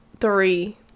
three